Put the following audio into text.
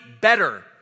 better